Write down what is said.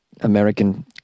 American